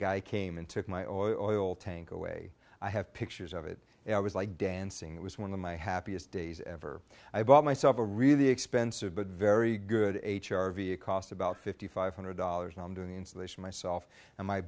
guy came and took my oil tank away i have pictures of it and i was like dancing it was one of my happiest days ever i bought myself a really expensive but very good h r v a cost about fifty five hundred dollars and i'm doing the installation myself and my